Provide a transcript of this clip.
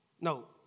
No